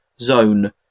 zone